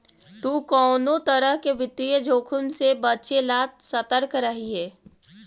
तु कउनो तरह के वित्तीय जोखिम से बचे ला सतर्क रहिये